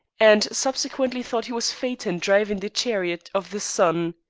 and subsequently thought he was phaeton driving the chariot of the sun.